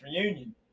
reunion